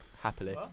Happily